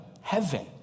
heaven